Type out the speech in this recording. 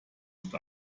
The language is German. ist